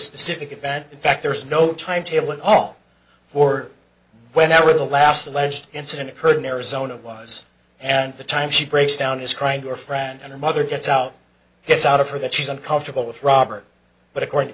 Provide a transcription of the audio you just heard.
specific event in fact there's no timetable at all or whenever the last alleged incident occurred in arizona was and the time she breaks down described her friend and her mother gets out gets out of her that she's uncomfortable with robert but according to